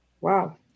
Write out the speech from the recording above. Wow